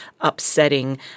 upsetting